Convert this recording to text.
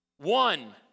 one